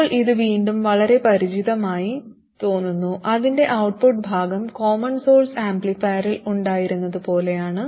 ഇപ്പോൾ ഇത് വീണ്ടും വളരെ പരിചിതമായി തോന്നുന്നു അതിന്റെ ഔട്ട്പുട്ട് ഭാഗം കോമൺ സോഴ്സ് ആംപ്ലിഫയറിൽ ഉണ്ടായിരുന്നതുപോലെയാണ്